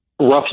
roughly